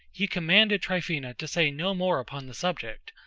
he commanded tryphena to say no more upon the subject,